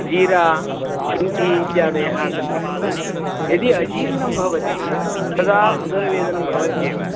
जीरा शुण्ठी इत्यादयः सन्ति खलु यदि अजीर्णं भवति तदा उदरवेदनं भवत्येव